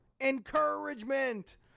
encouragement